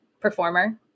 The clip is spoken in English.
performer